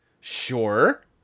Sure